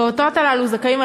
הפעוטות הללו זכאים,